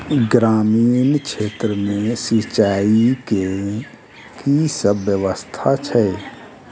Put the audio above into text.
ग्रामीण क्षेत्र मे सिंचाई केँ की सब व्यवस्था छै?